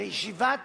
לישיבת